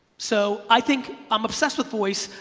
so i think, i'm obsessed with voice.